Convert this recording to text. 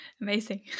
Amazing